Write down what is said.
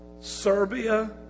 Serbia